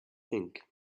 think